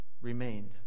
remained